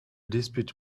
dispute